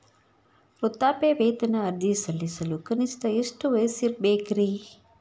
ವೃದ್ಧಾಪ್ಯವೇತನ ಅರ್ಜಿ ಸಲ್ಲಿಸಲು ಕನಿಷ್ಟ ಎಷ್ಟು ವಯಸ್ಸಿರಬೇಕ್ರಿ?